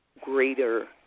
greater